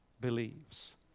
believes